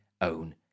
own